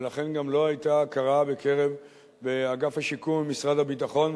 ולכן גם לא היתה הכרה באגף השיכון במשרד הביטחון,